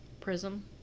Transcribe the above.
Prism